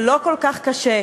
זה לא כל כך קשה,